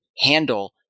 handle